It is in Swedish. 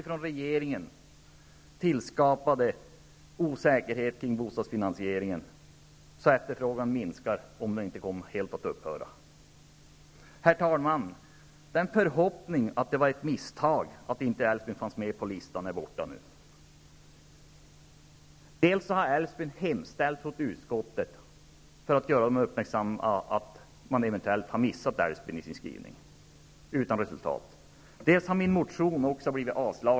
Den av regeringen tillskapade osäkerheten kring bostadsfinansieringen har gjort att efterfrågan minskar, om den inte helt upphör. Herr talman! Förhoppningen att det var ett misstag att Älvsbyn inte var med på listan är borta. Företrädare från Älvsbyn har framfört en hemställan till utskottet för att uppmärksamma utskottet på att Älvsbyn kanske har glömts bort i skrivningen -- men utan resultat. Dessutom har min motion avstyrkts.